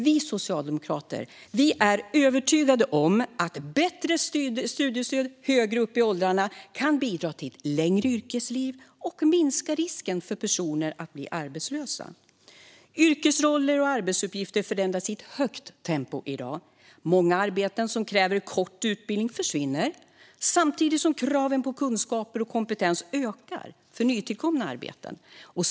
Vi socialdemokrater är övertygade om att bättre studiestöd högre upp i åldrarna kan bidra till ett längre yrkesliv och minska risken för personer att bli arbetslösa. Yrkesroller och arbetsuppgifter förändras i ett högt tempo i dag. Många arbeten som kräver kort utbildning försvinner, samtidigt som kraven på kunskaper och kompetens ökar för nytillkomna arbeten.